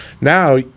Now